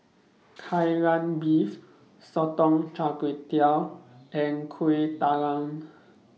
Kai Lan Beef Sotong Char Kway and Kueh Talam